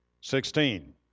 Sixteen